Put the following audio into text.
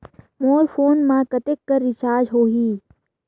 मोर phone मा कतेक कर रिचार्ज हो ही?